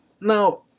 Now